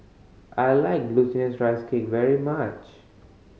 I like Glutinous Rice Cake very much